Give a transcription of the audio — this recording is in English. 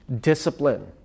discipline